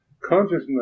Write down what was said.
Consciousness